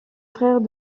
frère